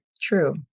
true